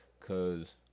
Cause